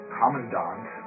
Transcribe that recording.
commandant